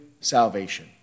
salvation